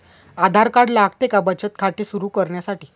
आधार card लागते का बचत खाते सुरू करण्यासाठी?